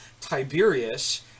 tiberius